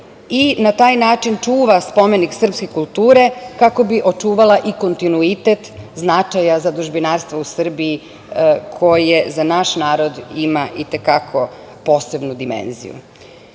i na taj način čuva spomenik srpske kulture, kako bi očuvala i kontinuitet značaja zadužbinarstva u Srbiji koje za naš narod ima i te kako posebnu dimenziju. Pomoć,